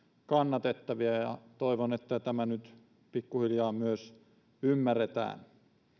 kannatettavia ja toivon että tämä nyt pikkuhiljaa myös ymmärretään